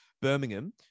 Birmingham